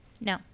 No